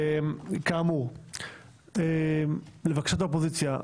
כאמור, לבקשת האופוזיציה,